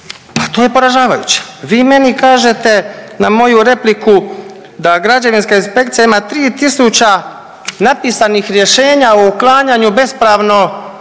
pa to je poražavajuće. Vi meni kažete na moju repliku da građevinska inspekcija ima 3.000 napisanih rješenja o uklanjanju bespravno